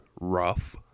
rough